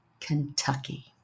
Kentucky